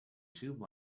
tube